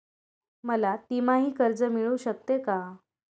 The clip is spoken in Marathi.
मला तिमाही कर्ज मिळू शकते का?